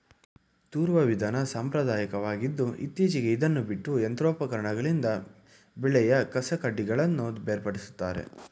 ತೂರುವ ವಿಧಾನ ಸಾಂಪ್ರದಾಯಕವಾಗಿದ್ದು ಇತ್ತೀಚೆಗೆ ಇದನ್ನು ಬಿಟ್ಟು ಯಂತ್ರೋಪಕರಣಗಳಿಂದ ಬೆಳೆಯ ಕಸಕಡ್ಡಿಗಳನ್ನು ಬೇರ್ಪಡಿಸುತ್ತಾರೆ